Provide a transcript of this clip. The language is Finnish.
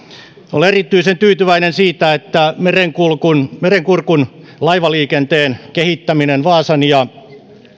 olen erityisen tyytyväinen siitä että merenkurkun merenkurkun laivaliikenteen kehittäminen vaasan ja